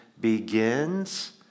begins